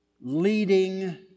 leading